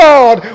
God